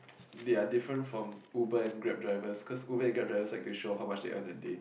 they're different from Uber and Grab drivers cause Uber and Grab driver are said to show how much they earn in a day